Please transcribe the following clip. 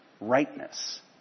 rightness